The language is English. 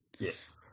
Yes